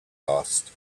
asked